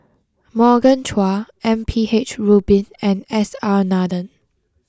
Morgan Chua M P H Rubin and S R Nathan